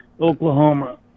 oklahoma